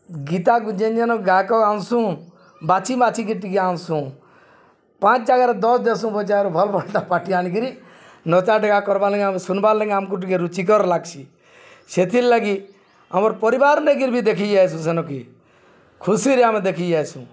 ଗୀତାକୁ ଯେନ୍ ଯେନ ଗାୟକ ଆନ୍ସୁଁ ବାଛି ବାଛିିକି ଟିକେ ଆନ୍ସୁଁ ପାଞ୍ଚ୍ ଜାଗାରେ ଦଶ୍ ଦେସୁଁ ପଛେ ଆରୁ ଭଲ ଭଲ୍ଟା ପାର୍ଟି ଆଣିକିରି ନଚା ଡେଗା କର୍ବାର୍ ଲାଗି ଶୁନ୍ବାର୍ ଲାଗି ଆମ୍କୁ ଟିକେ ରୁଚିକର ଲାଗ୍ସି ସେଥିର୍ଲାଗି ଆମର୍ ପରିବାର୍ ନେଇକରି ବି ଦେଖି ଯାଏସୁଁ ସେନକେ ଖୁସିରେ ଆମେ ଦେଖି ଯାଏସୁଁ